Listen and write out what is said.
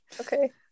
Okay